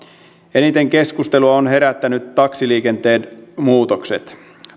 eniten keskustelua ovat herättäneet taksiliikenteen muutokset